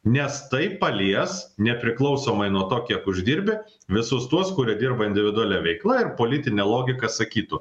nes tai palies nepriklausomai nuo to kiek uždirbi visus tuos kurie dirba individualia veikla ir politinė logika sakytų